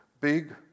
big